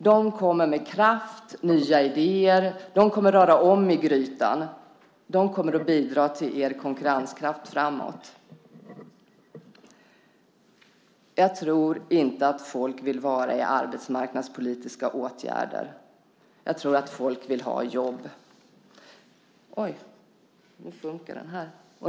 De kommer med kraft och nya idéer. De kommer att röra om i grytan, och de kommer att bidra till er konkurrenskraft framöver. Jag tror inte att folk vill vara i arbetsmarknadspolitiska åtgärder. Jag tror att folk vill ha jobb.